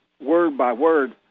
word-by-word